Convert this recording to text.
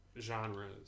genres